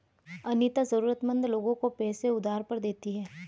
अनीता जरूरतमंद लोगों को पैसे उधार पर देती है